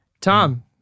Tom